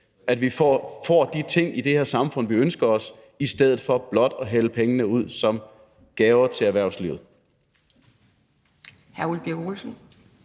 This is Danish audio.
rundt får de ting i det her samfund, som vi ønsker os, i stedet for blot at hælde pengene ud som gaver til erhvervslivet.